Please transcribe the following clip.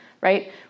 Right